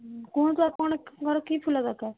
କୁହନ୍ତୁ ଆପଣଙ୍କର କି ଫୁଲ ଦରକାର